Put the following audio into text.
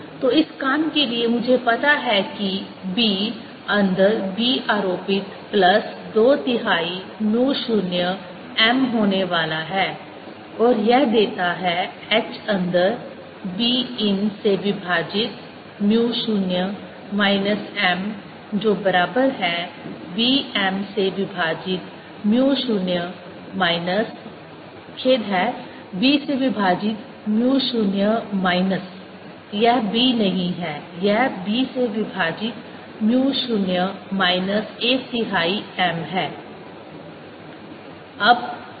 तो इस काम के लिए मुझे पता है कि b अंदर b आरोपित प्लस दो तिहाई म्यू 0 m होने वाला है और यह देता है h अंदर b इन से विभाजित म्यू 0 माइनस m जो बराबर है b m से विभाजित म्यू 0 माइनस खेद है b से विभाजित म्यू 0 माइनस यह b नहीं है यह b से विभाजित म्यू 0 माइनस एक तिहाई m है